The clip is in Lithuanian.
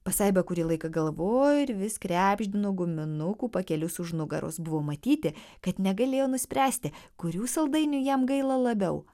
pasaiba kurį laiką galvojo ir vis krebždino guminukų pakelius už nugaros buvo matyti kad negalėjo nuspręsti kurių saldainių jam gaila labiau